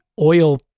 oil